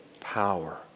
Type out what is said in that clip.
power